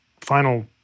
final